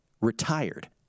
retired